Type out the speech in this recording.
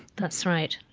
that's right.